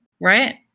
right